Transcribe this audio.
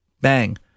bang